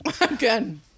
Again